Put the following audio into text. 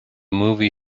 movie